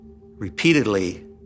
repeatedly